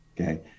okay